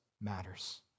matters